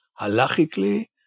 halachically